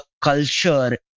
culture